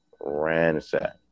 Ransack